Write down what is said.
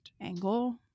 angle